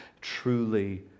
truly